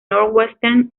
northwestern